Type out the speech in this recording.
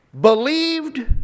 believed